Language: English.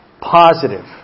positive